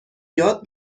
یاد